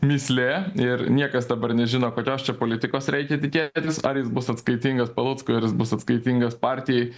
mįslė ir niekas dabar nežino kokios čia politikos reikia tikėtis ar jis bus atskaitingas paluckui ar jis bus atskaitingas partijai